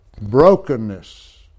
brokenness